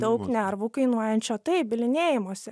daug nervų kainuojančio taip bylinėjimosi